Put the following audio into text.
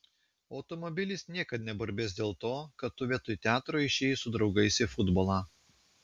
automobilis niekad neburbės dėl to kad tu vietoj teatro išėjai su draugais į futbolą